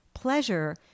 Pleasure